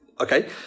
Okay